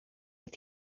este